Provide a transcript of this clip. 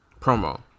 promo